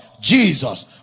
Jesus